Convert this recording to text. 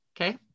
Okay